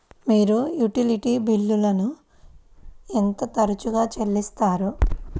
మీరు యుటిలిటీ బిల్లులను ఎంత తరచుగా చెల్లిస్తారు?